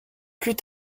plus